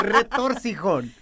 Retorcijón